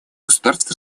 государств